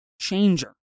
changer